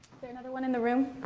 there another one in the room?